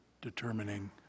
determining